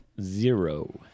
Zero